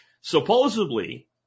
Supposedly